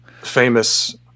Famous